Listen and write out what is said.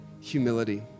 humility